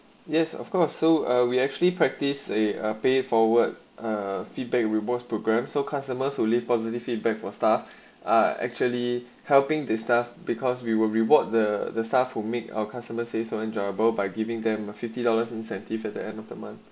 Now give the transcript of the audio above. yes of course so uh we actually practice say ah pay forward a feedback rewards programs so customers who live positive feedback for staff are actually helping the staff because we will reward the the staff who make our customers say so enjoyable by giving them a fifty dollars incentive at the end of the month